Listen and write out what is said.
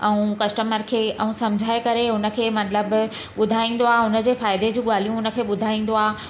ऐं कस्टमर खे ऐं सम्झाइ करे उनखे मतिलबु ॿुधाईंदो आहे हुनजे फ़ाइदे जी ॻाल्हियूं उनखे ॿुधाईंदो आहे